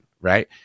right